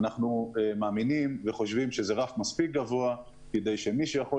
אנחנו מאמינים שזה רף מספיק גבוה כדי שמי שיכול